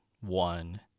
one